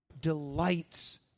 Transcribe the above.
delights